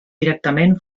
directament